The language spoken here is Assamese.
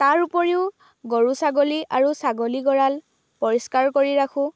তাৰ উপৰিও গৰু ছাগলী আৰু ছাগলী গঁড়াল পৰিষ্কাৰ কৰি ৰাখোঁ